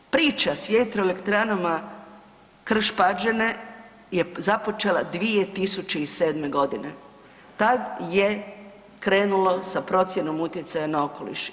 Priča s vjetroelektranama Krš-Pađene je započela 2007.g., tad je krenulo sa procjenom utjecaja na okoliš.